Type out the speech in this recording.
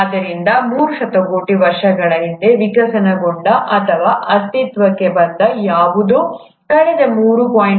ಆದ್ದರಿಂದ ಮೂರು ಶತಕೋಟಿ ವರ್ಷಗಳ ಹಿಂದೆ ವಿಕಸನಗೊಂಡ ಅಥವಾ ಅಸ್ತಿತ್ವಕ್ಕೆ ಬಂದ ಯಾವುದೋ ಕಳೆದ 3